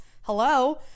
Hello